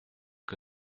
que